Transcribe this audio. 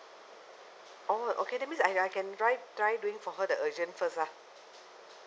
oh okay that means I I can try try doing for her the urgent first lah